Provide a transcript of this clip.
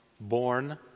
born